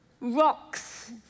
rocks